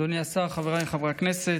אדוני השר, חבריי חברי הכנסת,